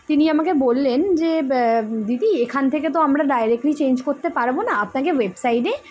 তিনি আমাকে বললেন যে দিদি এখান থেকে তো আমরা ডাইরেক্টলি চেঞ্জ করতে পারবো না আপনাকে ওয়েবসাইডে